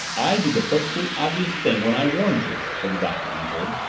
i did the perfectly obvious thing when i warned you, said the doctor easily.